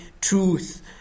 truth